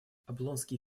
облонский